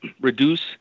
reduce